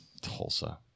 Tulsa